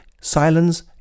silence